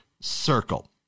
circle